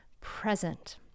present